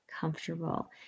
comfortable